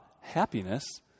happiness